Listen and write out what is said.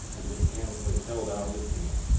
and mechanically held out his hand.